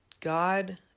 god